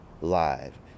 live